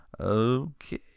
okay